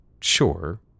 Sure